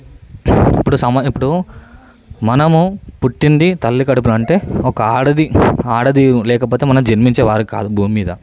ఇప్పుడు సమయం ఇప్పుడు మనము పుట్టింది తల్లి కడుపులో అంటే ఒక ఆడది ఆడది లేకపోతే మన జన్మించే వారు కాదు భూమి మీద